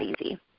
easy